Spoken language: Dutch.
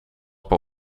per